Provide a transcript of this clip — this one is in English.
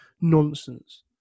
nonsense